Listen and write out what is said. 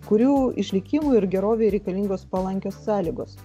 kurių išlikimui ir gerovei reikalingos palankios sąlygos